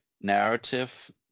narrative